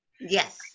Yes